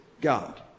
God